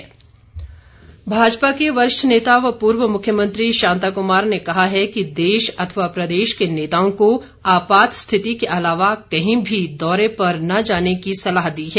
शांता कुमार भाजपा के वरिष्ठ नेता व पूर्व मुख्यमंत्री शांता कुमार ने देश अथवा प्रदेश के नेताओं को आपात स्थिति के अलावा कहीं भी दौरे पर न जाने की सलाह दी है